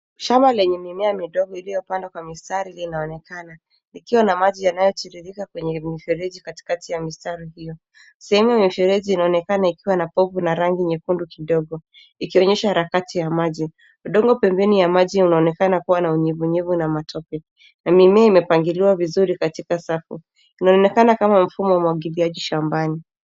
Shamba lenye mimea midogo iliyopandwa kwa mistari inaonekana, ikiwa na maji yanayotiririka kwenye mifereji katikati ya mistari hio. Sehemu ya mifereji inaonekana ikiwa na pofu na rangi nyekundu kidogo, ikionyesha harakati ya maji. Udongo pembeni ya maji unaonekana kua na unyevunyevu na matope, na mimea imepangiliwa vizuri katika safu. Inaonekana kama mfumo wa umwagiliaji shambani.